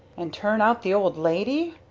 and turn out the old lady?